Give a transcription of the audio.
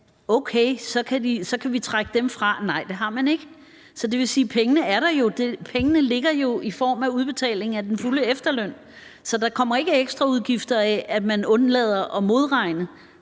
at så kan man trække dem fra? Nej, det har man ikke. Det vil sige, at pengene er der. Pengene ligger der i form af udbetaling af den fulde efterløn. Så der kommer ikke ekstraudgifter, ved at man undlader at modregne.